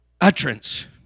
utterance